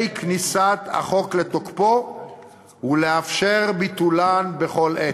כניסת החוק לתוקפו ולאפשר ביטולן בכל עת.